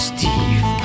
Steve